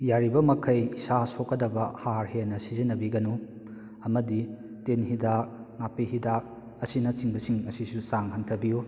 ꯌꯥꯔꯤꯕ ꯃꯈꯩ ꯏꯁꯥ ꯁꯣꯛꯀꯗꯕ ꯍꯥꯔ ꯍꯦꯟꯅ ꯁꯤꯖꯟꯅꯕꯤꯒꯅꯨ ꯑꯃꯗꯤ ꯇꯤꯟ ꯍꯤꯗꯥꯛ ꯅꯥꯄꯤ ꯍꯤꯗꯥꯛ ꯑꯁꯤꯅ ꯆꯤꯡꯕꯁꯤꯡ ꯑꯁꯤꯁꯨ ꯆꯥꯡ ꯍꯟꯊꯕꯤꯌꯨ